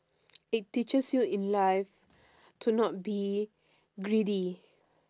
it teaches you in life to not be greedy